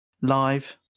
live